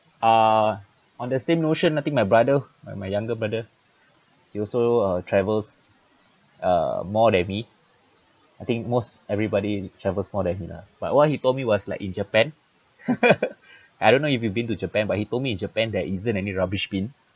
uh on the same notion I think my brother my younger brother he also travels uh more than me I think most everybody travels more than me lah but what he told me was like in japan I don't know if you've been to japan but he told me in japan there isn't any rubbish bin